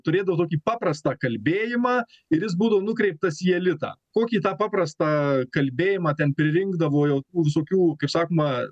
turėdavo tokį paprastą kalbėjimą ir jis būdavo nukreiptas į elitą kokį tą paprastą kalbėjimą ten pririnkdavo jau tų visokių kaip sakoma